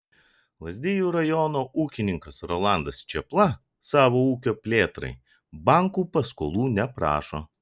lazdijų rajono ūkininkas rolandas čėpla savo ūkio plėtrai bankų paskolų neprašo